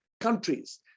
countries